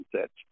sets